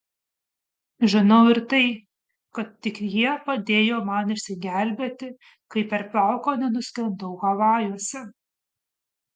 žinau ir tai kad tik jie padėjo man išsigelbėti kai per plauką nenuskendau havajuose